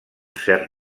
cert